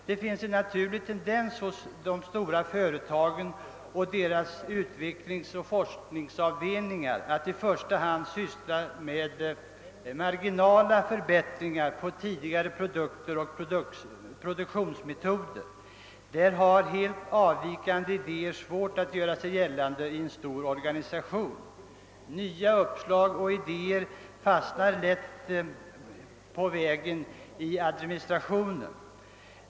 Det finns en naturlig tendens inom de stora företagen och deras utvecklingsoch forskningsavdelningar att i första hand syssla med marginella förbättringar av tidigare produkter och produktionsmetoder. Helt avvikande idéer har svårt att göra sig gällande i en stor organisation; nya uppslag och idéer fastnar lätt på vägen i administrationen.